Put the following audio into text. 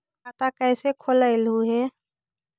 खाता कैसे खोलैलहू हे?